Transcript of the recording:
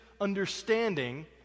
understanding